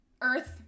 earth